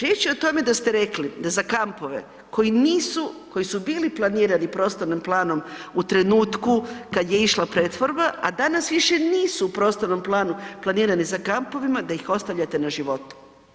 Riječ je o tome da ste rekli da za kampove koji nisu, koji su bili planirali prostornim planom u trenutku kad je išla pretvorba, a danas više nisu u prostornom planu planirane za kampovima, da ih ostavljate na životu.